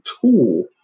tool